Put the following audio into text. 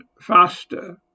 faster